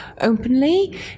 openly